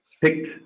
picked